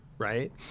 Right